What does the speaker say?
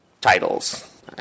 titles